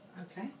Okay